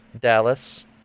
Dallas